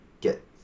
get